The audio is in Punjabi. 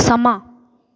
ਸਮਾਂ